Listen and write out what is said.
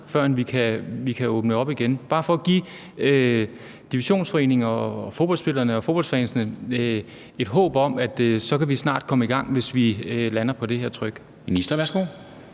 førend vi kan åbne op igen? Det er bare for at give Divisionsforeningen og fodboldspillerne og fodboldfansene et håb om, at hvis vi lander på det her tryk,